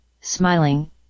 smiling